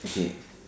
okay